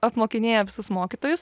apmokinėja visus mokytojus